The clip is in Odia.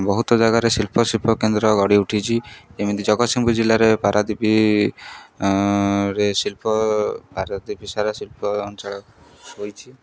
ବହୁତ ଜାଗାରେ ଶିଳ୍ପ ଶିଳ୍ପକେନ୍ଦ୍ର ଗଢ଼ି ଉଠିଛିି ଯେମିତି ଜଗତସିଂପୁର ଜିଲ୍ଲାରେ ପାରାଦ୍ୱୀପରେ ଶିଳ୍ପ ପାରାଦ୍ୱୀପ ସାରା ଶିଳ୍ପ ଅଞ୍ଚଳ ହୋଇଛିି